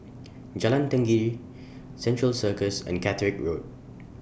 Jalan Tenggiri Central Circus and Catterick Road